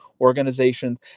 organizations